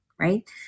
right